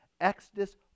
Exodus